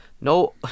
no